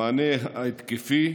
המענה ההתקפי,